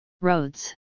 Roads